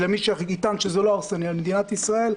למי שיטען שזה לא הרסני למדינת ישראל.